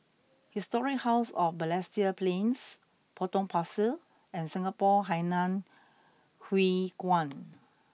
Historic House of Balestier Plains Potong Pasir and Singapore Hainan Hwee Kuan